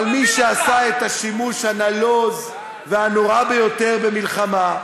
אבל מי שעשה את השימוש הנלוז והנורא ביותר במלחמה,